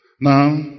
now